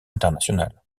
international